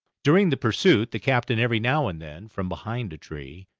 during the pursuit the captain every now and then, from behind a tree,